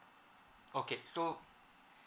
okay so